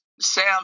Sam